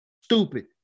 stupid